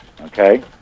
okay